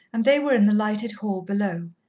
and they were in the lighted hall below,